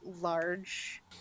large